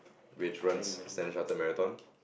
which runs Standard-Chartered Marathons